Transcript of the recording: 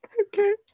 Okay